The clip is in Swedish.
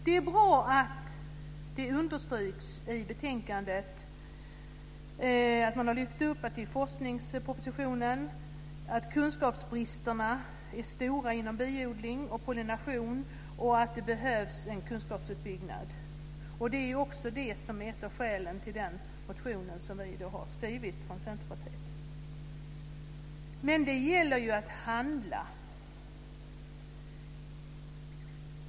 Det är bra att det understryks i betänkandet att man i forskningspropositionen har lyft fram att kunskapsbristerna är stora inom biodling och pollination och att det behövs en kunskapsutbyggnad. Det är också ett av skälen till den motion som vi har skrivit från Centerpartiet. Men det gäller att handla.